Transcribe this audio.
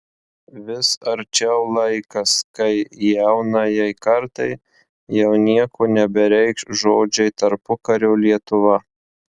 vis arčiau laikas kai jaunajai kartai jau nieko nebereikš žodžiai tarpukario lietuva